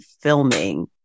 filming